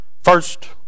first